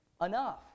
enough